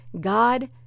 God